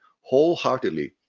Wholeheartedly